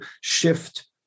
shift